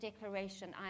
declaration